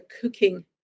cooking